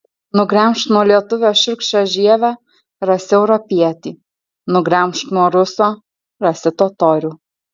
nugremžk nuo lietuvio šiurkščią žievę rasi europietį nugremžk nuo ruso rasi totorių